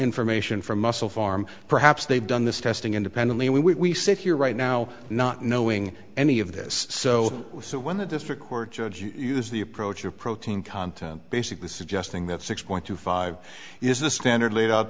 information from muscle pharm perhaps they've done this testing independently and we sit here right now not knowing any of this so when the district court judge is the approach of protein content basically suggesting that six point two five is the standard laid